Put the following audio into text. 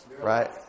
right